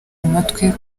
umutwe